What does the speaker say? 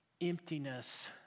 emptiness